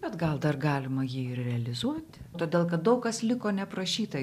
bet gal dar galima jį ir realizuoti todėl kad daug kas liko neprašyta